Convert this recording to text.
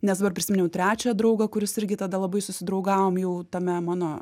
nes dabar prisiminiau trečią draugą kuris irgi tada labai susidraugavom jau tame mano